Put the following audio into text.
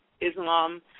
Islam